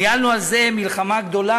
ניהלנו על זה מלחמה גדולה,